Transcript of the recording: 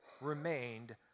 remained